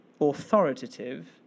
authoritative